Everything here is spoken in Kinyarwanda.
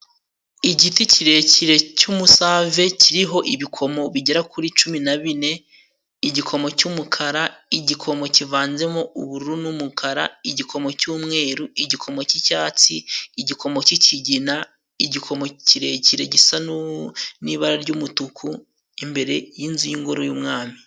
Igiti kirekire cy'umusave kiriho ibikomo bigera kuri cumi na bine, igikomo cy'umukara, igikomo kivanzemo ubururu n'umukara, igikomo cy'umweru, igikomo cy'icyatsi, igikomo cy'ikigina, igikomo kirekire gisa n'ibara ry'umutuku, imbere yinzu y'ingoro y'umwami.